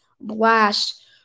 blast